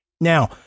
Now